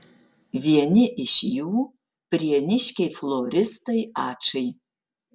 vieni iš jų prieniškiai floristai ačai